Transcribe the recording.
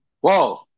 Whoa